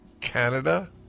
Canada